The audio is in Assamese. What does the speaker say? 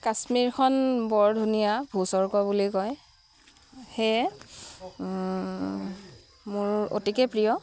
কাশ্মীৰখন বৰ ধুনীয়া ভূস্বৰ্গ বুলি কয় সেয়ে মোৰ অতিকৈ প্ৰিয়